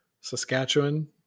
Saskatchewan